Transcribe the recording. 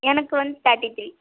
எனக்கு வந்து thirty three